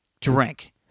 drink